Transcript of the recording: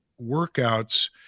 workouts